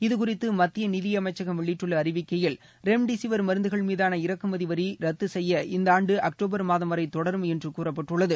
இது குறித்து மத்திய நிதியமைச்சகம் வெளியிட்டுள்ள அறிவிக்கையில் ரெம்டிசிவர் மருந்துகள் மீதான இறக்குமதி வரி தளர்வு இந்த ஆண்டு அக்டோபர் மாதம் வரை தொடரும் என்று கூறப்பட்டுள்ளது